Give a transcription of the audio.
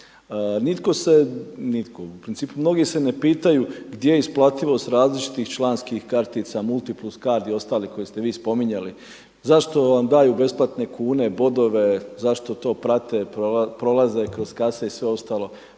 Nitko se u principu mnogi se ne pitaju gdje je isplativost različitih članskih kartica, MultiPlus card i ostale koje ste vi spominjali, zašto vam daju besplatne kune, bodove, zašto to prate prolaze kroz kase i sve ostalo?